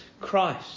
Christ